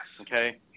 Okay